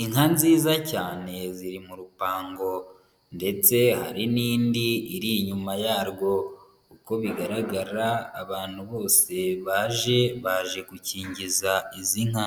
Inka nziza cyane ziri mu rupango ndetse hari n'indi iri inyuma yarwo, uko bigaragara, abantu bose baje, baje gukingiza izi nka.